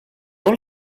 all